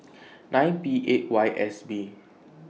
nine P eight Y S B